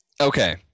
okay